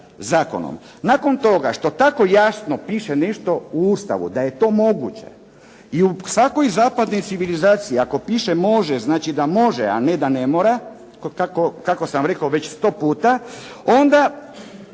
Nakon toga, što tako jasno piše nešto u Ustavu da je to moguće i u svakoj zapadnoj civilizaciji ako piše može, znači da može, a ne da ne mora, kako sam rekao već 100 puta, onda